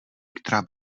který